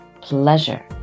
pleasure